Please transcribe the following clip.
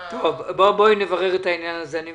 בואי נברר את העניין הזה.